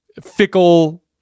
fickle